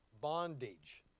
bondage